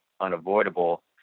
unavoidable